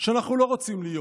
שאנחנו לא רוצים להיות,